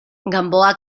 gamboa